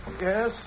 Yes